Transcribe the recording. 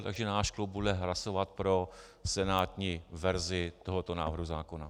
Takže náš klub bude hlasovat pro senátní verzi tohoto návrhu zákona.